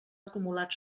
acumulat